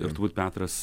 ir turbū petras